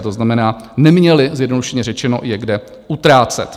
To znamená, neměli, zjednodušeně řečeno, je kde utrácet.